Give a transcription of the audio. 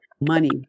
money